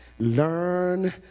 Learn